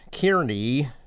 Kearney